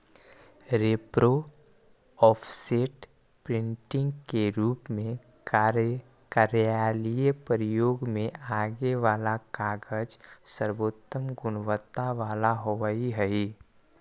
repro, offset, printing के रूप में कार्यालयीय प्रयोग में आगे वाला कागज सर्वोत्तम गुणवत्ता वाला होवऽ हई